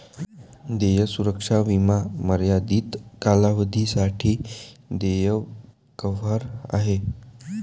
देय सुरक्षा विमा मर्यादित कालावधीसाठी देय कव्हर करते